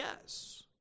yes